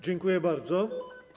Dziękuję bardzo.